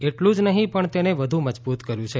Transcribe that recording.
એટલું જ નહી પણ તેને વધુ મજબુત કર્યુ છે